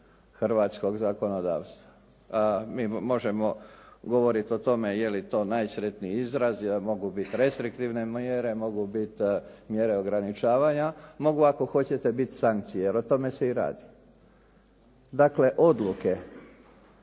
hrvatskog zakonodavstva. Mi možemo govoriti o tome jeli to najsretniji izraz, jer mogu biti restriktivne mjere, mogu biti mjere ograničavanja, mogu ako hoćete biti sankcije, jer o tome se i radi. Dakle, odluke